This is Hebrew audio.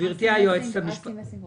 גברתי היועצת המשפטית,